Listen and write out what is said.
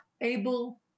able